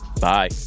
Bye